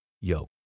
yoke